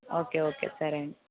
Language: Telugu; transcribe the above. ఓకే ఓకే సరే అండి